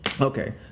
Okay